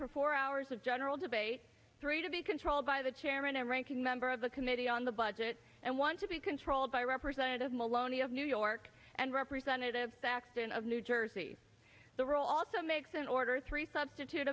for four hours of general debate three to be controlled by the chairman and ranking member of the committee on the budget and want to be controlled by representative maloney of new york and representative saxton of new jersey the roll also makes an order three substitute